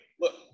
Look